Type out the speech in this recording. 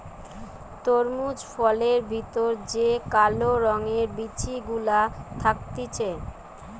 তরমুজ ফলের ভেতর যে কালো রঙের বিচি গুলা থাকতিছে